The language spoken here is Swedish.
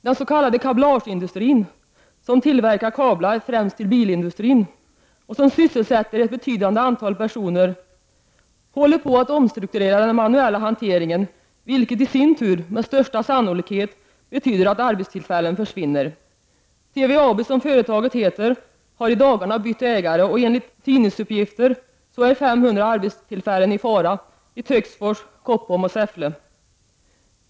Den s.k. kablageindustrin, som tillverkar kablar främst till bilindustrin och som sysselsätter ett betydande antal personer, håller på att omstrukturera den manuella hanteringen, vilket i sin tur med största sannolikhet betyder att arbetstillfällen försvinner. TVAB, som det aktuella företaget heter, har i dagarna bytt ägare, och enligt tidningsuppgifter är 500 arbetstillfällen i fara i Töcksfors, Koppom och Säffle.